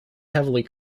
heavily